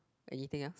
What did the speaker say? anything lah